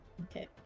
okay